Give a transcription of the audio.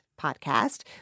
podcast